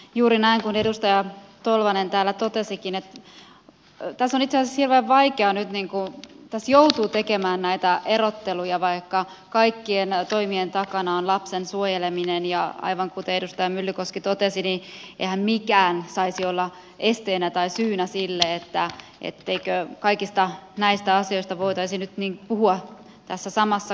juuri näin kuin edustaja tolvanen täällä totesikin että tässä joutuu tekemään näitä erotteluja vaikka kaikkien toimien takana on lapsen suojeleminen ja aivan kuten edustaja myllykoski totesi niin eihän mikään saisi olla esteenä tai syynä sille etteikö kaikista näistä asioista voitaisi nyt puhua tässä samassa kohtaa